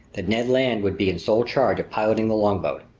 that ned land would be in sole charge of piloting the longboat.